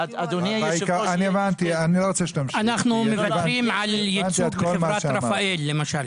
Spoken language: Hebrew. אנו מדברים על ייצוג חברת רפאל למשל.